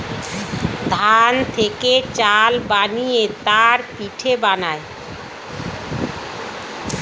ধান থেকে চাল বানিয়ে তার পিঠে বানায়